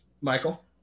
michael